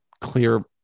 clear